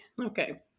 Okay